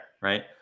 right